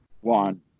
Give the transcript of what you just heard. One